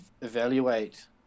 evaluate